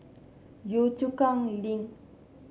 Yio Chu Kang Link